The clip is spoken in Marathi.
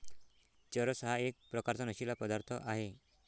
चरस हा एक प्रकारचा नशीला पदार्थ आहे